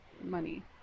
money